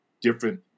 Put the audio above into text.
different